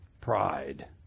pride